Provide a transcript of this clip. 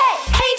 hey